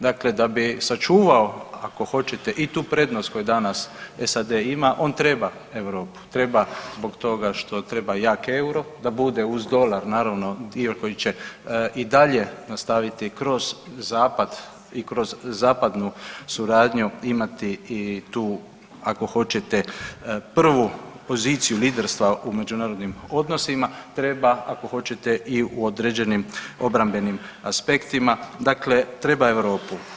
Dakle, da bi sačuvao ako hoćete i tu prednost koju danas SAD ima on treba Europu, treba zbog toga što treba jak euro da bude uz dolar naravno dio koji će i dalje nastaviti kroz zapad i kroz zapadnu suradnju imati i tu ako hoćete prvu poziciju liderstva u međunarodnim odnosima, treba ako hoćete i u određenim obrambenim aspektima, dakle treba Europu.